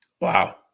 Wow